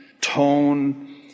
tone